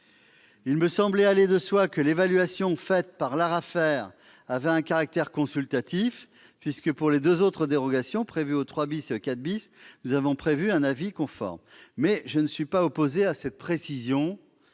Il me semblait aller de soi que l'évaluation faite par l'ARAFER avait un caractère consultatif, puisque, pour les deux autres dérogations, prévues au 3 et 4 , nous avons prévu un avis conforme. Cependant, je ne suis pas opposé à une telle précision.